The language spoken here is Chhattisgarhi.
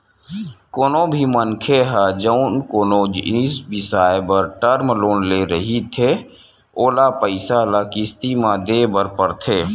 कोनो भी मनखे ह जउन कोनो जिनिस बिसाए बर टर्म लोन ले रहिथे ओला पइसा ल किस्ती म देय बर परथे